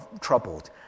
troubled